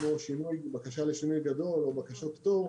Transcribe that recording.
כמו שינוי ובקשה לשינוי גדול או בקשות פטור,